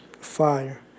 Fire